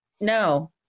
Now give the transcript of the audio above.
no